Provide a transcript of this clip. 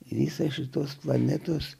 ir jisai šitos planetos